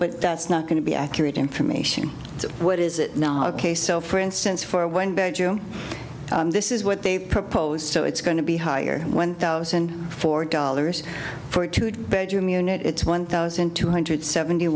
but that's not going to be accurate information so what is it now ok so for instance for a went bad you know this is what they propose so it's going to be higher one thousand four dollars for two bedroom unit it's one thousand two hundred seventy